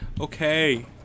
okay